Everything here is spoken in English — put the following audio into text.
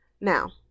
Now